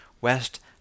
WEST